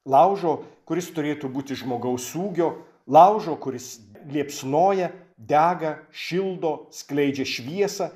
laužo kuris turėtų būti žmogaus ūgio laužo kuris liepsnoja dega šildo skleidžia šviesą